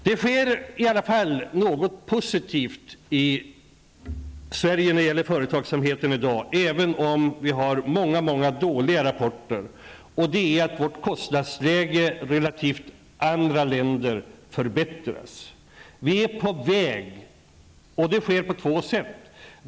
Det sker i varje fall något positivt i Sverige i dag när det gäller företagsamheten även om vi har många negativa rapporter, och det är att vårt kostnadsläge i förhållande till andra länder förbättras. Vi är på väg, och det sker på två sätt.